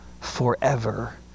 forever